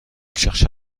chercha